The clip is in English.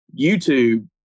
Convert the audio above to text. YouTube